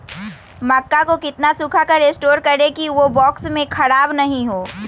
मक्का को कितना सूखा कर स्टोर करें की ओ बॉक्स में ख़राब नहीं हो?